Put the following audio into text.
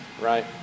right